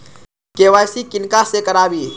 KYC किनका से कराबी?